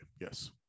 Yes